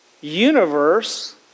universe